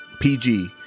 PG